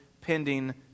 pending